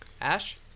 ash